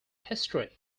history